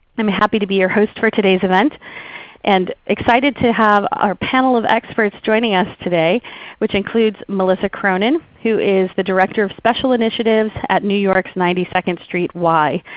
i'm happy to be your host for today's event and excited to have our panel of experts joining us today which includes a melissa cronin who is the director of special initiatives at new york's ninety second street y.